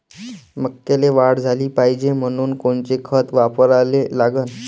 मक्याले वाढ झाली पाहिजे म्हनून कोनचे खतं वापराले लागन?